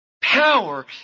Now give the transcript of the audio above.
power